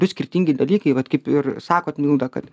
du skirtingi dalykai vat kaip ir sakot milda kad